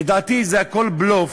לדעתי זה הכול בלוף,